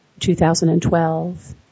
2012